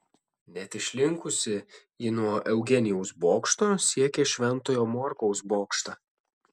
net išlinkusi ji nuo eugenijaus bokšto siekia šventojo morkaus bokštą